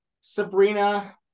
Sabrina